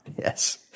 Yes